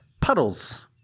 Puddles